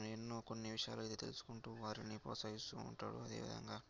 తనే ఎన్నో కొన్ని విషయాలయితే తెలుసుకుంటు వారిని ప్రొత్సహిస్తు ఉంటాడు అదేవిధంగా